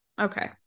Okay